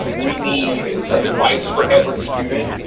we need a device for every student.